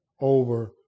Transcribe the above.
over